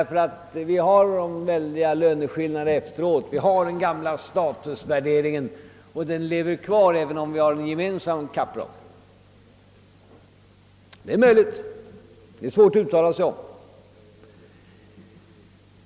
Löneskillnaderna efter genomgången utbildning är stora och den gamla statusvärderingen kommer nog att leva kvar, trots att det finns en gemensam kapprock för de olika utbildningsgrenarna. Det är svårt att uttala sig om riktigheten av dessa påståenden.